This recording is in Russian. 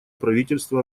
правительство